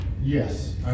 Yes